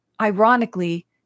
Ironically